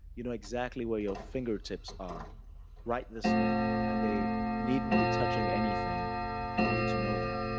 you know exactly where your fingertips are right this minute and they needn't be touching anything for you to know that.